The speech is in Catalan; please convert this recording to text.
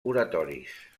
oratoris